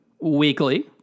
weekly